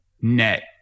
net